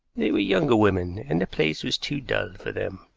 they were younger women, and the place was too dull for them.